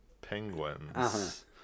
Penguins